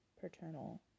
paternal